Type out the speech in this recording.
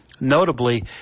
Notably